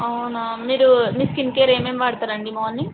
అవునా మీరు మీ స్కిన్ కేర్ ఏమేమి వాడతారండి మార్నింగ్